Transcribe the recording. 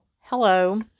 Hello